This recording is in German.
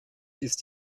ist